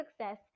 success